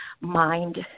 mind